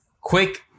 quick